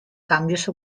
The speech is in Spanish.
cambios